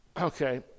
Okay